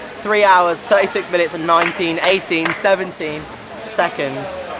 three hours, thirty six minutes and nineteen, eighteen, seventeen seconds,